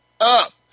up